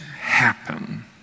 happen